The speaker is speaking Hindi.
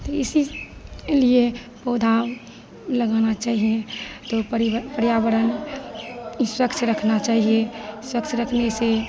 तो इसी लिए पौधा लगाना चाहिए तो परि पर्यावरण स्वच्छ रखना चाहिए स्वच्छ रखने से